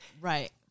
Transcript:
Right